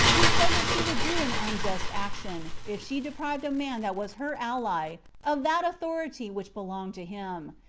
who said that she would do an unjust action if she deprived a man that was her ally of that authority which belonged to him,